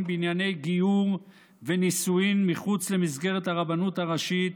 בענייני גיור ונישואין מחוץ למסגרת הרבנות הראשית